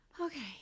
okay